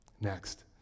next